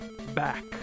back